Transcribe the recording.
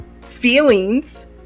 feelings